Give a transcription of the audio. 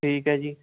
ਠੀਕ ਹੈ ਜੀ